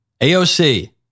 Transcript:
AOC